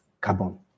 carbon